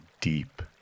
deep